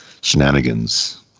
shenanigans